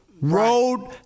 Road